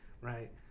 Right